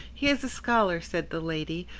he is a scholar, said the lady,